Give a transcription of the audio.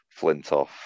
Flintoff